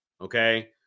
okay